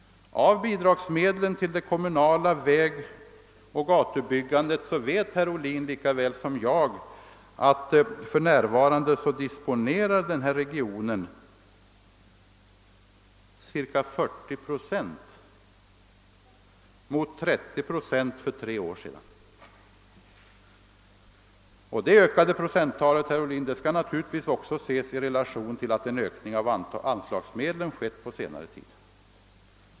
Av bidragsmedlen till det kommunala vägoch gatubyggandet vet herr Ohlin lika väl som jag att denna region för närvarande disponerar ca 40 procent mot 30 för tre år sedan. Detta ökade procenttal skall naturligtvis, herr Ohlin, ses i relation till att en ökning av anslagsmedlen skett på senare tid.